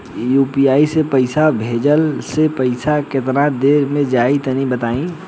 UPI से पईसा भेजलाऽ से पईसा केतना देर मे जाई तनि बताई?